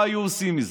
מה היה עושים מזה.